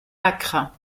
âcre